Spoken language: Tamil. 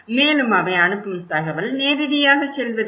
மேலும் அவை அனுப்பும் தகவல் நேரடியாகச் செல்வது இல்லை